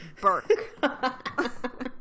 Burke